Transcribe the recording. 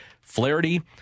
Flaherty